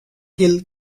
hill